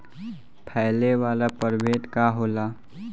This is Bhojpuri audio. फैले वाला प्रभेद का होला?